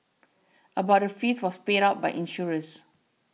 about a fifth was paid out by insurers